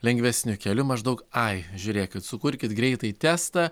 lengvesniu keliu maždaug ai žiūrėkit sukurkit greitai testą